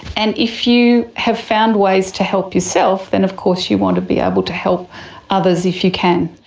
and if you have found ways to help yourself then of course you want to be able to help others if you can.